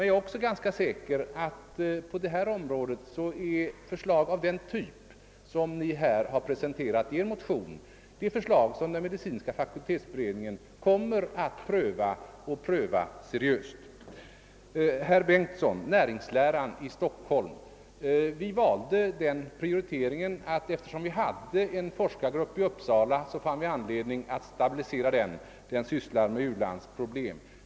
Jag är också säker på att förslag av den typ som Ni har presenterat i Er motion kommer att prövas seriöst av medicinska fakultetsberedningen. Till herr Bengtson i Solna vill jag beträffande näringsläran i Stockholm säga, att vi valde den prioritering som redovisas i propositionen eftersom vi hade en forskargrupp i Uppsala, som sysslar med u-landsproblem, och det fanns anledning att stabilisera den.